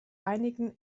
einigen